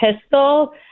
pistol